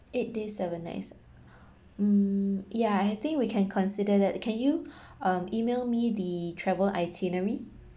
eight days seven nights mm yeah I think we can consider that can you um email me the travel itinerary